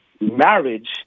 marriage